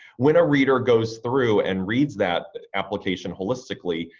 when a reader goes through and reads that application holistically,